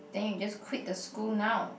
then you just quit the school now